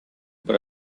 but